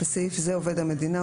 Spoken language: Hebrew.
בסעיף זה "עובד המדינה",